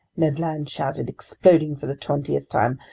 ned land shouted, exploding for the twentieth time.